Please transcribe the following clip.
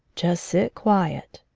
just sit quiet.